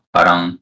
Parang